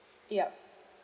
yup